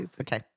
Okay